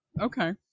Okay